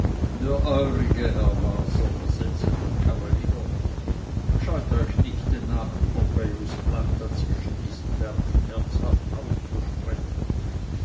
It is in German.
herr waser versetzte der kavalier scheut euch nicht den namen pompejus planta zwischen diesen bergen herzhaft auszusprechen